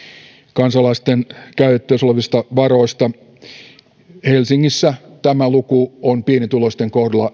kansalaisten käytettävissä olevista varoista helsingissä tämä luku on pienituloisten kohdalla